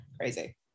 crazy